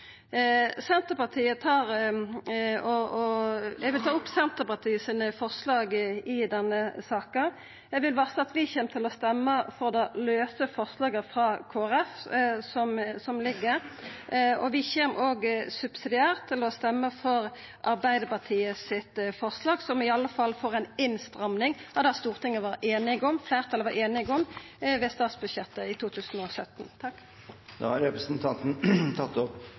Senterpartiet i denne saka. Eg vil varsla at vi kjem til å stemma for forslaget frå Kristeleg Folkeparti, og vi kjem subsidiært til å stemma for Arbeidarpartiets forslag – som iallfall er for ei innstramming av det fleirtalet på Stortinget var einig om ved behandlinga av statsbudsjettet for 2017. Representanten Kjersti Toppe har tatt opp